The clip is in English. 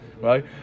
right